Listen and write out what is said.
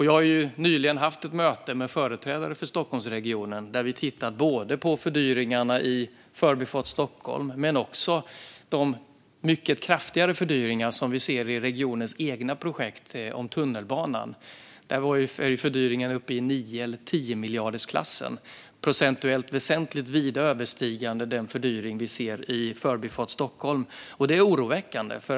Jag har nyligen haft ett möte med företrädare för Stockholmsregionen där vi tittat både på fördyringarna i Förbifart Stockholm men också de mycket kraftigare fördyringar som vi ser i regionens egna projekt om tunnelbanan. Där är fördyringen uppe i 9-10-miljardersklassen. Det överstiger procentuellt vida den fördyring vi ser i Förbifart Stockholm. Det är oroväckande.